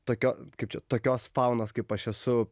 tokio kaip čia tokios faunos kaip aš esu